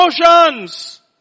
emotions